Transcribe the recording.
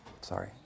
sorry